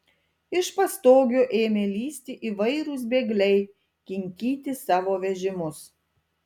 iš pastogių ėmė lįsti įvairūs bėgliai kinkyti savo vežimus